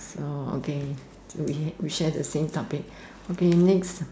so okay we we share the same topic okay next